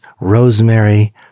rosemary